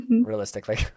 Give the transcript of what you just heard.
realistically